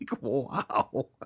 wow